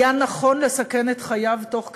היה נכון לסכן את חייו תוך כדי,